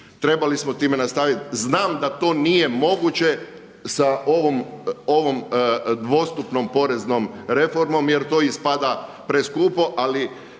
Trebali smo s time nastaviti. Znam da to nije moguće sa ovom dvostupnom poreznom reformom jer to ispada preskupo,